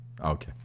Okay